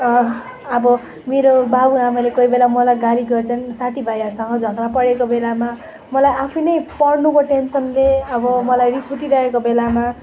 अब मेरो बाउ आमाले कोही बेला मलाई गाली गर्छन् साथी भाइहरूसँग झगडा परेको बेलामा मलाई आफै नै पढ्नुको टेन्सनले अब मलाई रिस उठिरहेको बेलामा